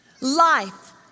life